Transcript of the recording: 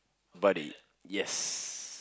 buddy yes